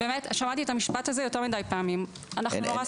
שמעתי את המשפט הזה יותר מדי פעמים: "אנחנו ממש